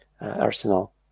arsenal